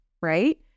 right